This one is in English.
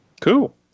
Cool